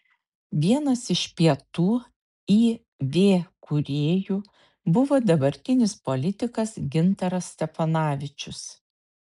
vienas iš pietų iv kūrėjų buvo dabartinis politikas gintaras steponavičius